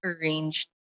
arranged